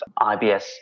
IBS